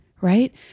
Right